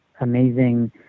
amazing